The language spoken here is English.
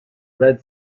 red